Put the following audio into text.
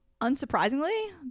Unsurprisingly